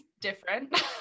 different